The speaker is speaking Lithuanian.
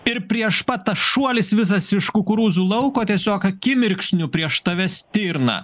ir prieš pat tas šuolis visas iš kukurūzų lauko tiesiog akimirksniu prieš tave stirna